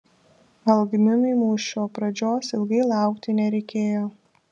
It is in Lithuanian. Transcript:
algminui mūšio pradžios ilgai laukti nereikėjo